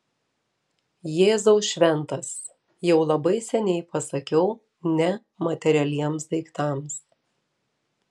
jėzau šventas jau labai seniai pasakiau ne materialiems daiktams